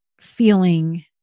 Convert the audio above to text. feeling